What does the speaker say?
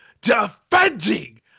defending